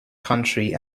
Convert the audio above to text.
country